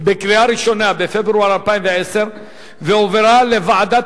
בקריאה ראשונה בפברואר 2010 והועברה לוועדת